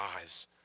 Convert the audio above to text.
eyes